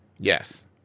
Yes